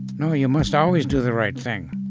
no, you must always do the right thing.